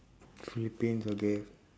philippines okay